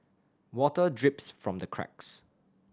water drips from the cracks